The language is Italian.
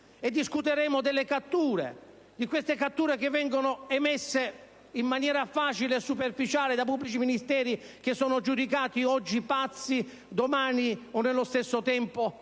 catture, di queste catture che vengono emesse in maniera facile e superficiale da pubblici ministeri che sono giudicati oggi pazzi, domani, o nello stesso tempo,